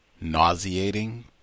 nauseating